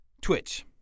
Twitch